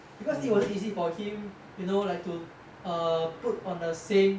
because it wasn't easy for him you know like to err put on the same